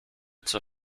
zur